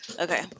Okay